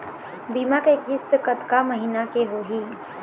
बीमा के किस्त कतका महीना के होही?